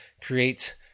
create